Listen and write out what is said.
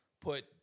put